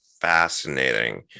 fascinating